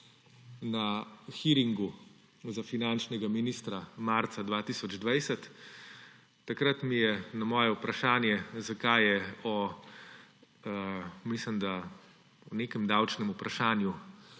na hearingu za finančnega ministra marca 2020. Takrat mi je na moje vprašanje, zakaj je, mislim, da o nekem davčnem vprašanju,